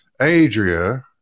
Adria